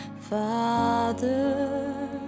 Father